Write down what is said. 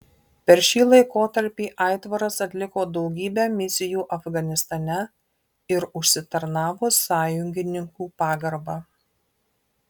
per šį laikotarpį aitvaras atliko daugybę misijų afganistane ir užsitarnavo sąjungininkų pagarbą